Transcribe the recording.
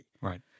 Right